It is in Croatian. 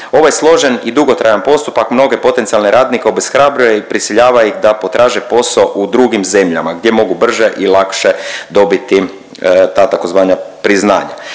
Ovaj složen i dugotrajan postupak mnoge potencijalne radnike obeshrabruje i prisiljava ih da potraže posao u drugim zemljama gdje mogu brže i lakše dobiti ta tzv. priznanja.